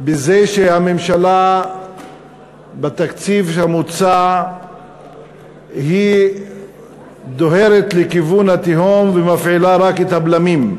שהממשלה בתקציב המוצע דוהרת לכיוון התהום ומפעילה רק את הבלמים.